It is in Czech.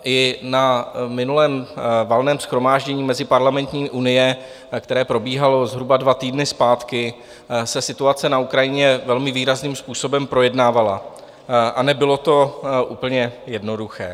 I na minulém Valném shromáždění Meziparlamentní unie, které probíhalo zhruba dva týdny zpátky, se situace na Ukrajině velmi výrazným způsobem projednávala a nebylo to úplně jednoduché.